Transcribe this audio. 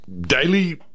daily